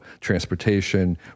transportation